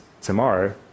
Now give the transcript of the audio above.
tomorrow